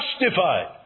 justified